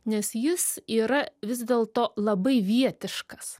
nes jis yra vis dėlto labai vietiškas